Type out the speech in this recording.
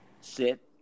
sit